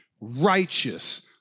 righteous